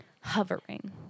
hovering